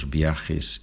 viajes